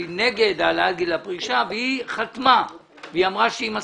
היא נגד העלאת גיל הפרישה אבל היא חתמה והיא אמרה שהיא מסכימה.